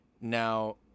Now